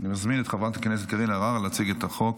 אני מזמין את חברת הכנסת קארין אלהרר להציג את הצעת החוק,